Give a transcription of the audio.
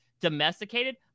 domesticated